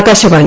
Akashvani